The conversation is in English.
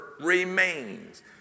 remains